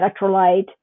electrolyte